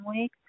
Week